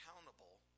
accountable